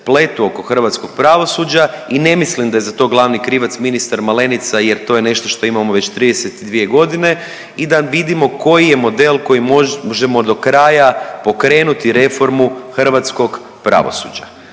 pletu oko hrvatskog pravosuđa i ne mislim da je za to glavni krivac ministar Malenica jer to je nešto što imamo već 32 godine i da vidimo koji je model kojim možemo do kraja pokrenuti reformu hrvatskog pravosuđa.